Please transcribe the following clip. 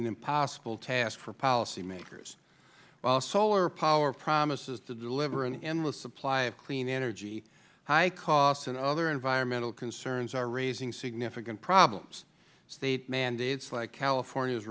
an impossible task for policymakers while solar power promises to deliver an endless supply of clean energy high costs and other environmental concerns are raising significant problems state mandates like california's